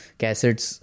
cassettes